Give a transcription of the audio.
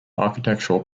architectural